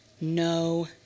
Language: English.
no